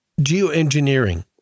Geoengineering